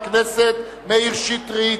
הכנסת מאיר שטרית.